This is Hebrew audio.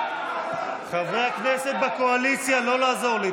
חברי הכנסת בקואליציה, לא לעזור לי.